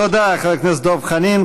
תודה, חבר הכנסת דב חנין.